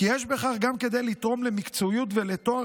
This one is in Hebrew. כי יש בכך גם כדי לתרום למקצועיות ולטוהר